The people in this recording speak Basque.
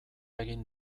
egin